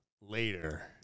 later